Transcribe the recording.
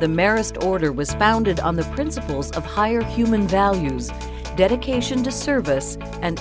the merest order was founded on the principles of higher human values dedication to service and